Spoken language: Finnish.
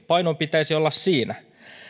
painon pitäisi olla siinä että saadaan suomalaiset omat